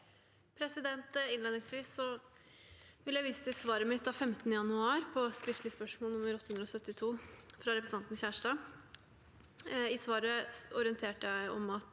Innledningsvis vil jeg vise til svaret mitt av 15. januar på skriftlig spørsmål nr. 872, fra representanten Kjerstad. I svaret orienterte jeg om at